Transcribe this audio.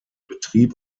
betrieb